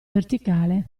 verticale